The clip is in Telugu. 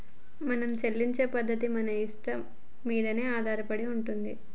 మనం చెల్లించే పద్ధతి మన ఇష్టం మీదనే ఆధారపడి ఉంటది